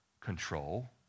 control